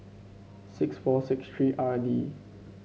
six four six three R D